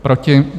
Proti?